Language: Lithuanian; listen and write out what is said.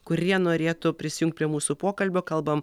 kurie norėtų prisijungt prie mūsų pokalbio kalbam